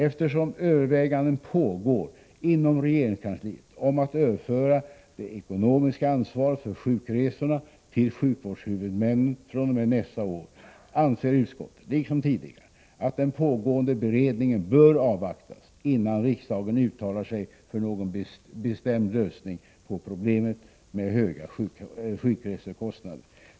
Eftersom överväganden pågår inom regeringskansliet om att överföra det ekonomiska ansvaret för sjukresorna till sjukvårdshuvudmännen fr.o.m. nästa år anser utskottet — liksom tidigare — att den pågående beredningen bör avvaktas innan riksdagen uttalar sig för någon bestämd lösning på problemet med höga sjukresekostnader.